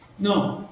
no.